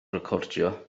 recordio